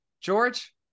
george